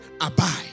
Abide